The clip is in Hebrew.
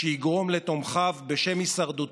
שאני מבקש לקיים דיון דחוף באותם אזרחים